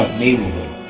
neighborhood